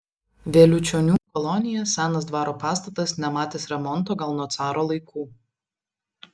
vėliučionių kolonija senas dvaro pastatas nematęs remonto gal nuo caro laikų